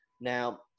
Now